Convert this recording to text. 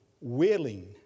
willing